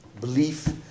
Belief